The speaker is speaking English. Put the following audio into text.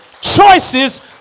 choices